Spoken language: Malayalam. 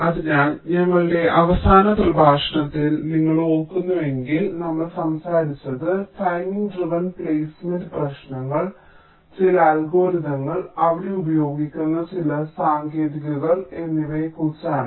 അതിനാൽ ഞങ്ങളുടെ അവസാന പ്രഭാഷണത്തിൽ നിങ്ങൾ ഓർക്കുന്നുവെങ്കിൽ ഞങ്ങൾ സംസാരിച്ചത് ടൈമിംഗ് ഡ്രെവൻ പ്ലെയ്സ്മെന്റ് പ്രശ്നങ്ങൾ ചില അൽഗോരിതങ്ങൾ അവിടെ ഉപയോഗിക്കുന്ന ചില സാങ്കേതികതകൾ എന്നിവയെക്കുറിച്ചാണ്